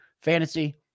fantasy